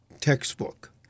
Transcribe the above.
textbook